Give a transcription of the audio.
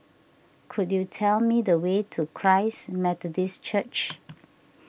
could you tell me the way to Christ Methodist Church